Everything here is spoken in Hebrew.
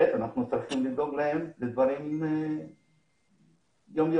ושנית, אנחנו צריכים לדאוג להם לדברים יום יומיים,